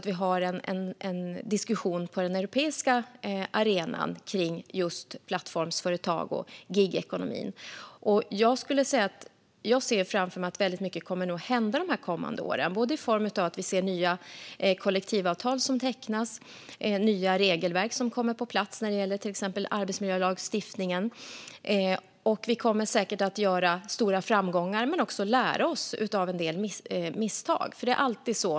Vi har en diskussion på den europeiska arenan om just plattformsföretag och gigekonomin. Jag ser framför mig att mycket kommer att hända de kommande åren. Vi kommer både att se nya kollektivavtal tecknas och nya regelverk komma på plats när det gäller till exempel arbetsmiljölagstiftningen. Vi kommer säkert att få stora framgångar men också lära oss av en del misstag.